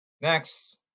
Next